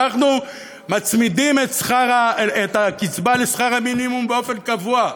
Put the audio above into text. אנחנו מצמידים את הקצבה לשכר המינימום באופן קבוע.